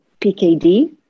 PKD